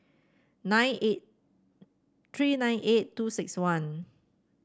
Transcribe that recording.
nine eight three nine eight two six one